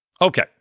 Okay